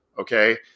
okay